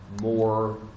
more